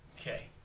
Okay